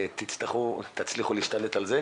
אני מאחל לכם שתצליחו להשתלט על זה.